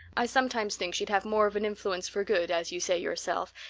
i sometimes think she'd have more of an influence for good, as you say yourself,